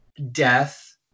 death